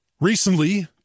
Recently